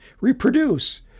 reproduce